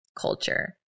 culture